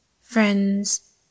friends